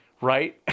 right